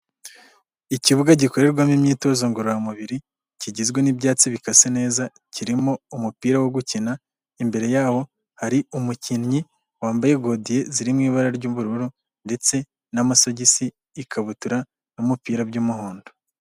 Ikibuga gikorerwamo imyitozo ngororamubiri, kigizwe n'ibyatsi bikase neza, kirimo umupira wo gukina, imbere yawo hari umukinnyi wambaye godiyo ziri mu ibara ry'ubururu, ndetse n'amasogisi, ikabutura n'umupira by'umuhondo.